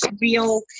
real